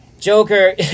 Joker